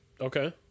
Okay